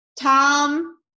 Tom